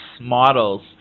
models